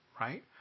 right